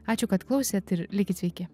ačiū kad klausėt ir likit sveiki